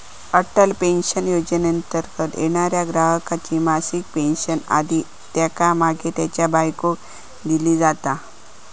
Atal pension योजनेंतर्गत येणाऱ्या ग्राहकाची मासिक पेन्शन आधी त्येका मागे त्येच्या बायकोक दिली जाता